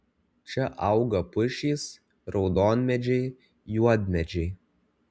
čia auga pušys raudonmedžiai juodmedžiai